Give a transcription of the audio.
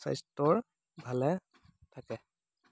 স্বাস্থ্যৰ ভালে থাকে